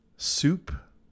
Soup